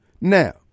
Now